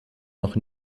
noch